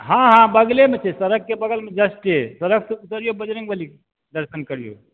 हँ हँ बगलेमे छै सड़कके बगलमे जस्टे सड़क से उतरियो बजरंगबलीके दर्शन करियो